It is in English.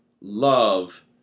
love